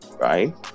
right